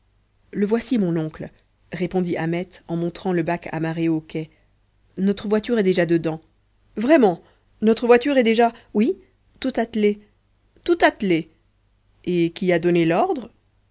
le voici mon oncle répondit ahmet en montrant le bac amarré au quai notre voiture est déjà dedans vraiment notre voiture est déjà oui tout attelée tout attelée et qui a donné l'ordre